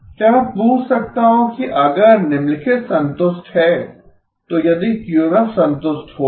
क्या मैं पूछ सकता हूं कि अगर निम्नलिखित संतुष्ट है तो यदि क्यूएमएफ संतुष्ट होगा